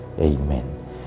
Amen